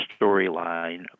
storyline